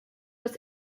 dass